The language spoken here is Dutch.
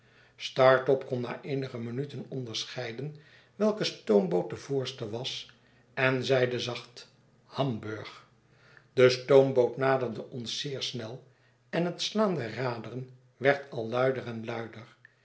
startop kon na eenige minuten onderscheiden welke stoomboot de voorste was en zeide zacht hamburg de stoomboot naderde onszeersnel en het slaan der raderen werd al luider en luider